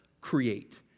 create